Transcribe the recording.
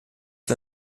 wir